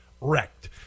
wrecked